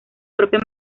propio